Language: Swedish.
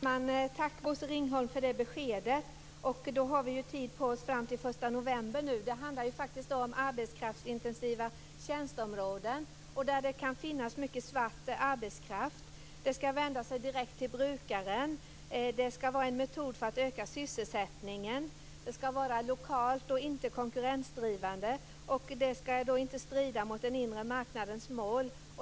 Herr talman! Tack, Bosse Ringholm, för det beskedet! Således har vi tid på oss fram till den Det handlar faktiskt om arbetskraftsintensiva tjänsteområden där det kan finnas mycket svart arbetskraft. Detta ska vända sig direkt till brukaren och vara en metod för att öka sysselsättningen. Vidare ska det vara lokalt och inte konkurrensdrivande, och det ska inte strida mot den inre marknadens mål.